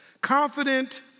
confident